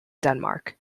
denmark